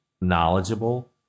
knowledgeable